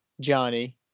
Johnny